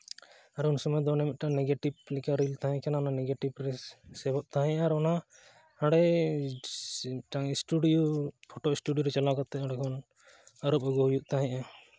ᱟᱨ ᱩᱱ ᱥᱚᱢᱚᱭ ᱫᱚ ᱚᱱᱮ ᱢᱤᱫᱴᱟᱱ ᱱᱮᱜᱮᱴᱤᱵᱷ ᱨᱤᱞ ᱛᱟᱦᱮᱸ ᱠᱟᱱᱟ ᱚᱱᱟ ᱱᱮᱜᱮᱴᱤᱵᱷ ᱨᱤᱞᱥ ᱥᱮᱵᱷᱚᱜ ᱛᱟᱦᱮᱸᱫᱼᱟ ᱚᱱᱟ ᱦᱟᱸᱰᱮ ᱢᱤᱫᱴᱟᱱ ᱥᱴᱩᱰᱤᱭᱳ ᱯᱷᱳᱴᱳ ᱥᱴᱩᱰᱤᱭᱳ ᱨᱮ ᱪᱟᱞᱟᱣ ᱠᱟᱛᱮᱫ ᱚᱸᱰᱮ ᱠᱷᱚᱱ ᱟᱨᱩᱵ ᱟᱹᱜᱩᱭ ᱦᱩᱭᱩᱜ ᱛᱟᱦᱮᱸᱫᱼᱟ